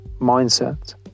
mindset